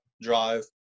drive